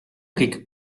kõik